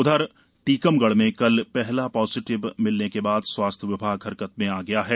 उधर टीकमगढ़ में कल पहला पॉजीटिव मिलने के बाद स्वास्थ विभाग हरकत में आ गया है